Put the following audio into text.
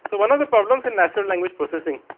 so one of the problems in natural language processing